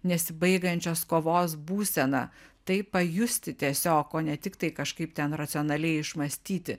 nesibaigiančios kovos būseną tai pajusti tiesiog o ne tiktai kažkaip ten racionaliai išmąstyti